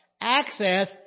access